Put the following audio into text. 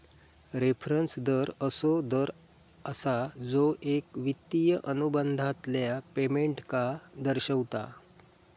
reference दर असो दर असा जो एक वित्तिय अनुबंधातल्या पेमेंटका दर्शवता